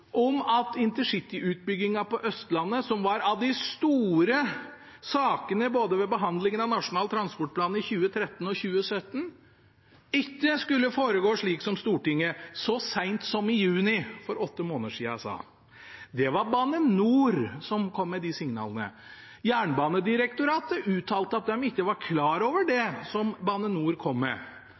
om at InterCity-utbyggingen på Østlandet, som var av de store sakene ved behandlingen av Nasjonal transportplan både i 2013 og i 2017, ikke skulle foregå slik som Stortinget så sent som i juni, for ni måneder siden, sa. Det var Bane NOR som kom med de signalene. Jernbanedirektoratet uttalte at de ikke var klar over det som Bane NOR kom med.